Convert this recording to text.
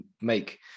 make